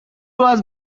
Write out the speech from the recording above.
was